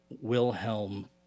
Wilhelm